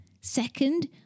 Second